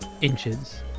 inches